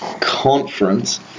conference